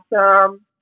awesome